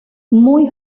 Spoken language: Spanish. muy